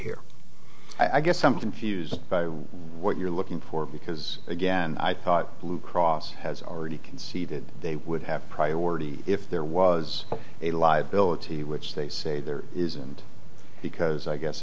here i guess something fused by what you're looking for because again i thought blue cross has already conceded they would have priority if there was a liability which they say there isn't because i guess